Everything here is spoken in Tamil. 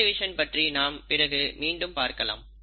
செல் டிவிஷன் பற்றி நாம் பிறகு மீண்டும் பார்க்கலாம்